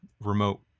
remote